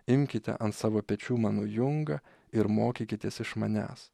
imkite ant savo pečių mano jungą ir mokykitės iš manęs